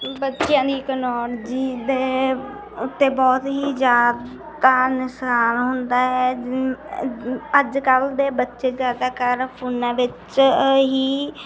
ਬੱਚਿਆਂ ਦੀ ਦੇ ਉੱਤੇ ਬਹੁਤ ਹੀ ਜ਼ਿਆਦਾ ਹੁੰਦਾ ਹੈ ਜਿਨ ਅੱਜ ਕੱਲ੍ਹ ਦੇ ਬੱਚੇ ਜ਼ਿਆਦਾ ਕਰ ਫੋਨਾਂ ਵਿੱਚ ਹੀ